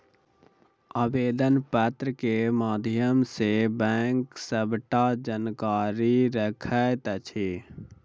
आवेदन पत्र के माध्यम सॅ बैंक सबटा जानकारी रखैत अछि